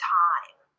time